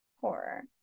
horror